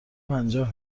پنجاه